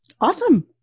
Awesome